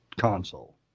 console